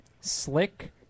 slick